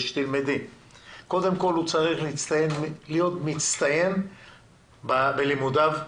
הוא קודם כל צריך להיות מצטיין בלימודיו,